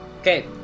Okay